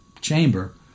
chamber